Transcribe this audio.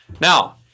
Now